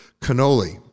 cannoli